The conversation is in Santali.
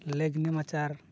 ᱞᱮᱜᱽ ᱱᱮᱢᱟᱪᱟᱨ